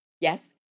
yes